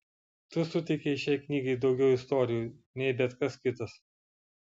tu suteikei šiai knygai daugiau istorijų nei bet kas kitas